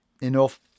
enough